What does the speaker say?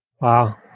Wow